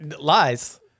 Lies